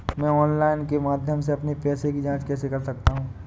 मैं ऑनलाइन के माध्यम से अपने पैसे की जाँच कैसे कर सकता हूँ?